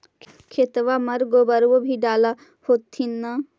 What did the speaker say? खेतबा मर गोबरो भी डाल होथिन न?